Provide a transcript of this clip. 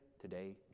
today